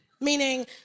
meaning